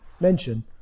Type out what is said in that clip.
mention